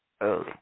Early